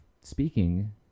speaking